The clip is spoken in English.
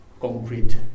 concrete